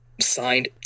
signed